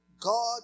God